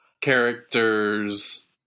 character's